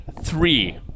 three